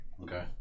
Okay